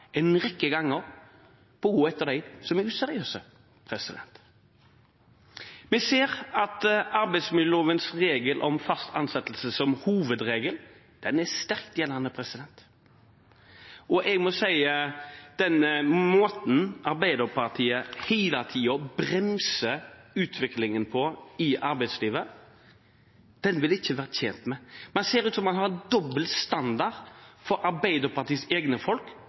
en rekke ganger for å gå etter dem som er useriøse. Vi ser at arbeidsmiljølovens regel om fast ansettelse som hovedregel er sterkt gjeldende. Jeg må si at denne måten Arbeiderpartiet hele tiden bremser utviklingen i arbeidslivet på, vil en ikke være tjent med. Det ser ut som man har dobbelt standard for Arbeiderpartiets egne folk